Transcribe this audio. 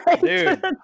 Dude